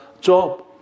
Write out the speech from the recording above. Job